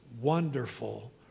wonderful